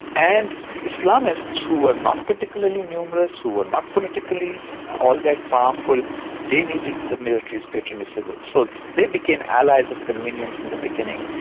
and the islamists, who were not particularly numerous, who were not particularly all that powerful, they needed the military's patronage so they became allies of convenience in the beginning.